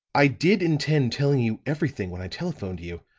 i did intend telling you everything when i telephoned you,